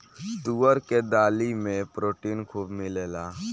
तुअर के दाली में प्रोटीन खूब मिलेला